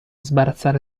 sbarazzare